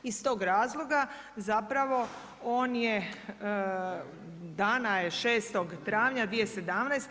Iz tog razloga zapravo on je dana je 6. travnja 2017.